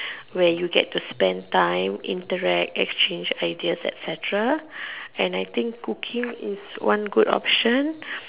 where you get to spend time interact exchange ideas etcetera and I think cooking is one good option